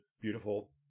beautiful